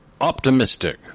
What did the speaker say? optimistic